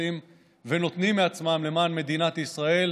שעושים ונותנים מעצמם למען מדינת ישראל.